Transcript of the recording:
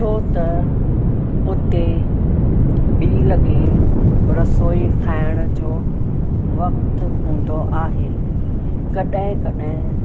छो त उते ॿी लॻे रसोई खाइण जो वक़्तु हूंदो आहे कॾहिं कॾहिं